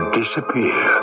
disappear